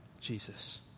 Jesus